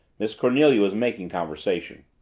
miss cornelia was making conversation.